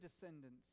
descendants